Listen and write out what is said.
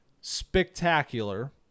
spectacular